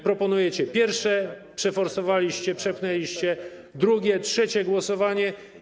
Proponujecie pierwsze - przeforsowaliście, przepchnęliście - drugie, trzecie głosowanie.